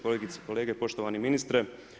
Kolegice i kolege, poštovani ministre.